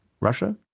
Russia